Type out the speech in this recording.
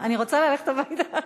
אני רוצה ללכת הביתה.